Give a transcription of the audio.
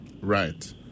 Right